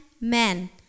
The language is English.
men